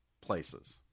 places